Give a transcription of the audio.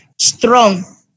strong